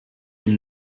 dem